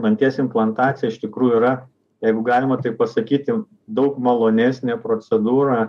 danties implantacija iš tikrųjų yra jeigu galima taip pasakyti daug malonesnė procedūra